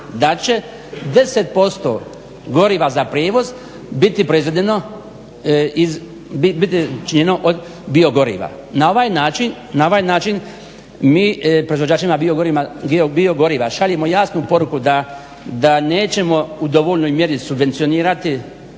da će 10% goriva za prijevoz biti proizvedeno iz, biti učinjeno od bio goriva. Na ovaj način mi proizvođačima bio goriva šaljemo jasnu poruku da nećemo u dovoljnoj mjeri subvencionirati